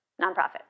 nonprofit